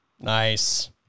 Nice